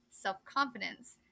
self-confidence